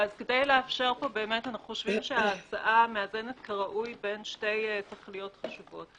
אנחנו חושבים שההצעה מאזנת כראוי בין שתי תכליות חשובות: